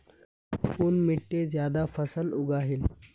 कुन मिट्टी ज्यादा फसल उगहिल?